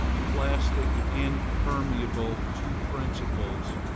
plastic and permeable to principles,